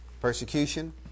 persecution